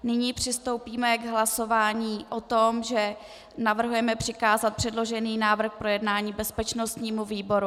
Nyní přistoupíme k hlasování o tom, že navrhujeme přikázat předložený návrh k projednání bezpečnostnímu výboru.